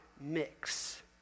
mix